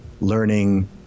learning